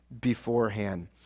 beforehand